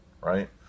right